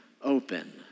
open